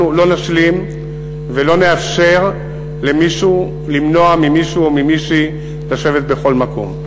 אנחנו לא נשלים ולא נאפשר למישהו למנוע ממישהו או ממישהי לשבת בכל מקום.